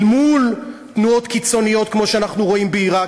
אל מול תנועות קיצוניות כמו שאנחנו רואים בעיראק,